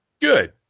Good